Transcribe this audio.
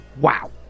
Wow